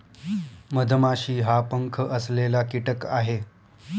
मधमाशी हा पंख असलेला कीटक आहे